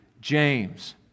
James